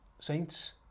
Saints